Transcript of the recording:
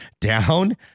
down